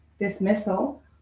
dismissal